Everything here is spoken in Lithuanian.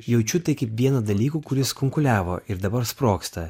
jaučiu tai kaip vieną dalykų kuris kunkuliavo ir dabar sprogsta